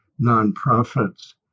nonprofits